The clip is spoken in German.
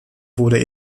wurde